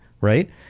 right